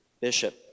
bishop